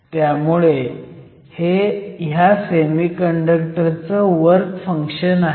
त्यामुळे हे ह्या सेमीकंडक्टर चं वर्क फंक्शन आहे